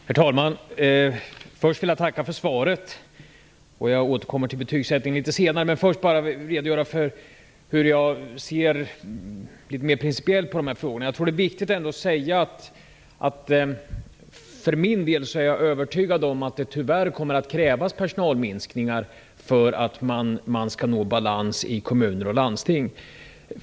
Herr talman! Först vill jag tacka för svaret. Jag återkommer till betygsättningen litet senare, men först vill jag bara redogöra för hur jag mer principiellt ser på dessa frågor. För min del är jag övertygad om att det tyvärr kommer att krävas personalminskningar för att nå balans i kommuner och landsting.